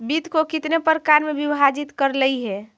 वित्त को कितने प्रकार में विभाजित करलइ हे